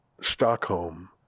Stockholm